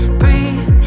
breathe